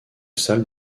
salle